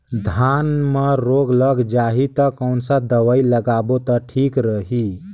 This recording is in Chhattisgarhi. धान म रोग लग जाही ता कोन सा दवाई लगाबो ता ठीक रही?